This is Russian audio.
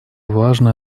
важной